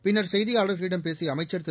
பின்னர் செய்தியாளர்களிடம் பேசிய அமைச்சர் திரு